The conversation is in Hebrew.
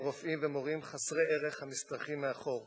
רופאים ומורים חסרי ערך המשתרכים מאחור,